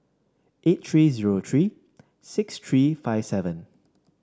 eight three zero three six three five seven